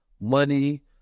money